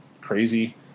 crazy